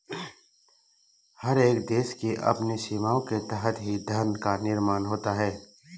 हर एक देश की अपनी सीमाओं के तहत ही धन का निर्माण होता है